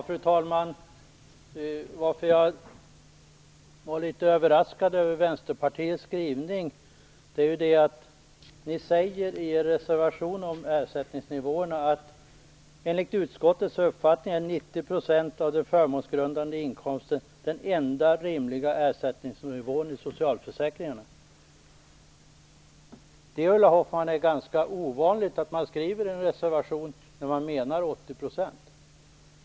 Fru talman! Jag är litet överraskad över Vänsterpartiets skrivning. Ni säger i er reservation om ersättningsnivåerna: "Enligt utskottets uppfattning är 90 % av den förmånsgrundande inkomsten den enda rimliga ersättningsnivån i socialförsäkringarna". Det är ganska ovanligt, Ulla Hoffmann, att skriva det i en reservation när man menar 80 %.